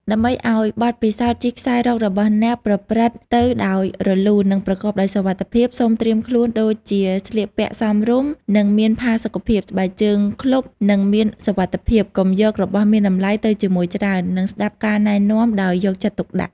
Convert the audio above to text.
ដើម្បីឱ្យបទពិសោធន៍ជិះខ្សែរ៉ករបស់អ្នកប្រព្រឹត្តទៅដោយរលូននិងប្រកបដោយសុវត្ថិភាព សូមត្រៀមខ្លួនដូចជាស្លៀកពាក់សមរម្យនិងមានផាសុកភាព ស្បែកជើងឃ្លុប និងមានសុវត្ថិភាព កុំយករបស់មានតម្លៃទៅជាមួយច្រើន និងស្ដាប់ការណែនាំដោយយកចិត្តទុកដាក់។